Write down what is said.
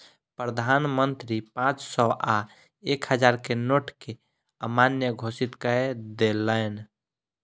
प्रधान मंत्री पांच सौ आ एक हजार के नोट के अमान्य घोषित कय देलैन